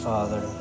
Father